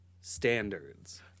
standards